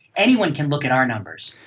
anyone can look at our numbers.